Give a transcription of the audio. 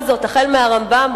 החל מהרמב"ם,